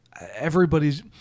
everybody's